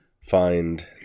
find